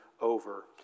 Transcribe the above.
over